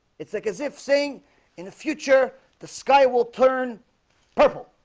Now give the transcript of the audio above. it's like as if saying in the future the sky will turn purple